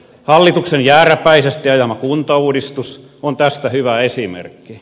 hallituksen jääräpäisesti ajama kuntauudistus on tästä hyvä esimerkki